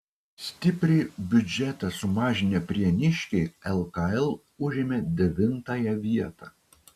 stipriai biudžetą sumažinę prieniškiai lkl užėmė devintąją vietą